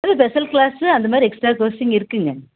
ஆ special class அந்தமாதிரி extra coaching இருக்குங்க